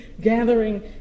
gathering